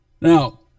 Now